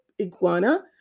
iguana